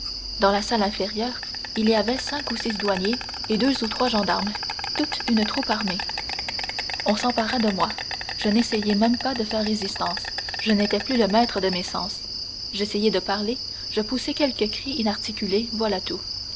dans la salle inférieure il y avait cinq ou six douaniers et deux ou trois gendarmes toute une troupe armée on s'empara de moi je n'essayai même pas de faire résistance je n'étais plus le maître de mes sens j'essayai de parler je poussai quelques cris inarticulés voilà tout